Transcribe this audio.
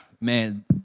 Man